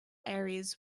areas